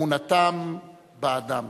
אמונתם באדם.